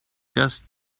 just